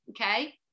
okay